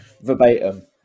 Verbatim